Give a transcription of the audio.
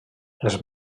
els